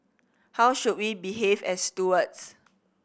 how should we behave as stewards